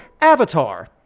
Avatar